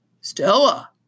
Stella